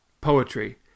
poetry